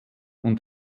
und